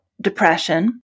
depression